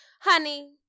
Honey